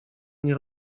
nie